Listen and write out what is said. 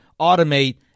automate